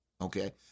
Okay